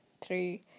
three